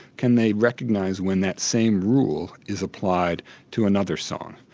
can they recognise when that same rule is applied to another song?